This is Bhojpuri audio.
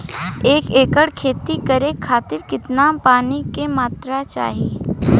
एक एकड़ खेती करे खातिर कितना पानी के मात्रा चाही?